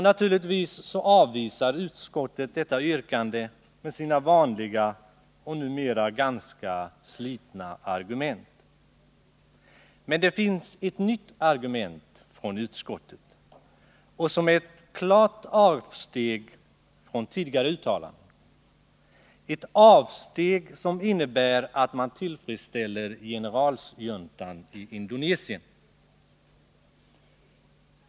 Naturligtvis avvisar utskottet detta yrkande med sina vanliga och numera utslitna argument. Men det finns också ett nytt argument från utskottet, och det innebär ett klart avsteg från tidigare uttalanden. Med detta avsteg tillfredställer man generaljuntan i Indonesien.